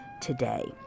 today